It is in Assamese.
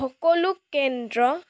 সকলো কেন্দ্ৰ